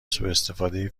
سوءاستفاده